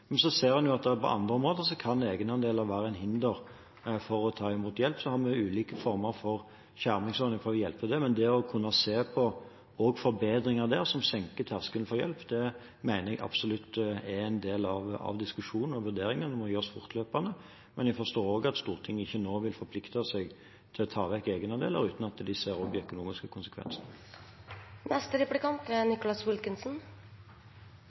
Men så ser man at på andre områder kan egenandeler være et hinder for å ta imot hjelp. Da har vi ulike former for skjermingsordninger for å kunne avhjelpe det. Men det å kunne se på forbedringer der som senker terskelen for hjelp, mener jeg absolutt er en del av diskusjonen og vurderingen og må gjøres fortløpende. Men jeg forstår også at Stortinget ikke nå vil forplikte seg til å ta vekk egenandeler uten å se på de økonomiske